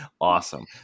awesome